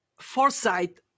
foresight